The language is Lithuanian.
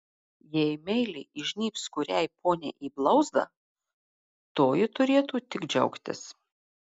jei meiliai įžnybs kuriai poniai į blauzdą toji turėtų tik džiaugtis